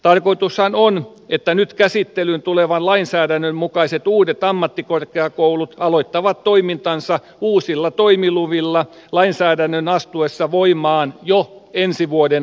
tarkoitushan on että nyt käsittelyyn tulevan lainsäädännön mukaiset uudet ammattikorkeakoulut aloittavat toimintansa uusilla toimiluvilla lainsäädännön astuessa voimaan jo ensi vuoden alussa